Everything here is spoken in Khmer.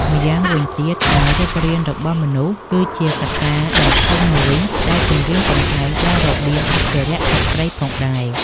ម្យ៉ាងវិញទៀតការរុករានរបស់មនុស្សគឺជាកត្តាដ៏ធំមួយដែលគំរាមកំហែងដល់របៀងអភិរក្សសត្វព្រៃផងដែរ។